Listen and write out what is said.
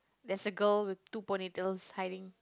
there's a girl with two ponytails hiding